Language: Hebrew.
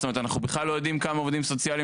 זאת אומרת אנחנו בכלל לא יודעים כמה עובדים סוציאליים